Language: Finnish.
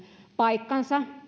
paikkansa ensimmäinen